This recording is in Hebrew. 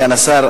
סגן השר,